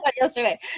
yesterday